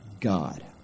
God